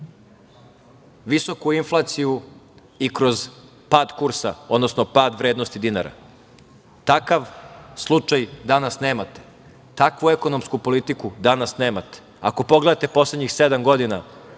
visoku inflaciju i kroz pad kursa, odnosno pad vrednosti dinara. Takav slučaj danas nemate. Takvu ekonomsku politiku danas nemate. Ako pogledate poslednjih sedam godina